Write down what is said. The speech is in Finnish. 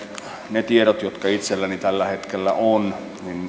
ne tiedot jotka itselläni tällä hetkellä on